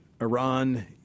Iran